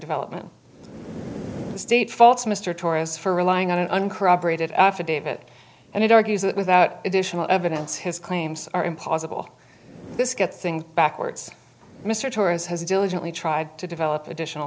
development state faults mr torres for relying on an uncorroborated affidavit and it argues that without additional evidence his claims are impossible this get things backwards mr torrens has diligently tried to develop additional